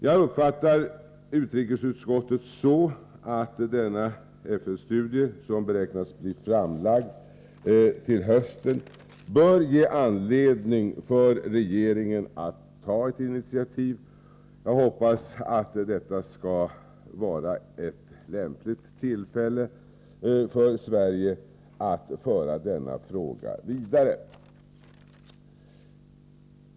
Jag uppfattar utrikesutskottets skrivning så, att denna FN-studie — som beräknas bli framlagd till hösten — bör ge regeringen anledning att ta ett initiativ. Jag hoppas att detta skall vara ett lämpligt tillfälle för Sverige att föra denna fråga vidare.